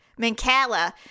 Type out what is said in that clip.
Mancala